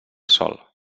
sol